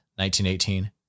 1918